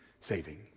saving